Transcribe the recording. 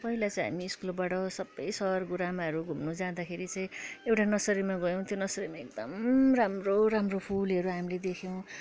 पहिला चाहिँ हामी स्कुलबाट सबै सर गुरुमाहरू घुम्नु जाँदाखेरि चाहिँ एउटा नर्सरिमा गयौँ त्यो नर्सरिमा एकदम राम्रो राम्रो फुलहेरू हामीले देख्यौँ